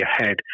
ahead